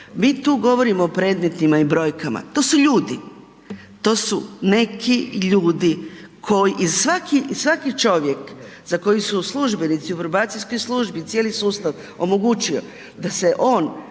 Mi tu govorimo o predmetima i brojkama, to su ljudi. To su neki ljudi ko i svaki čovjek za koje su službenici u probacijskoj službi i cijeli sustav omogućio da se on